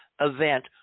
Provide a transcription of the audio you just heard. event